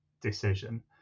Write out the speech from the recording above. decision